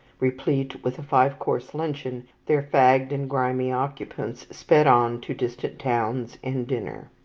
replete with a five-course luncheon, their fagged and grimy occupants sped on to distant towns and dinner.